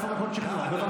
עשר דקות שכנוע, בבקשה.